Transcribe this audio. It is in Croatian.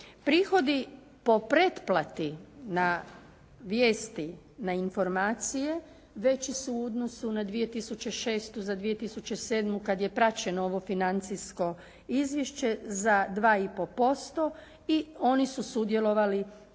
Prihodi po pretplati na vijesti, na informacije veći su u odnosu na 2006. za 2007. kad je praćeno ovo financijsko izvješće za 2 i po % i oni su su sudjelovali